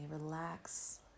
relax